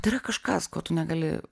tai yra kažkas ko tu negali